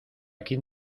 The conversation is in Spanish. quién